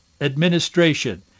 administration